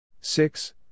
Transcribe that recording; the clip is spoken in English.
Six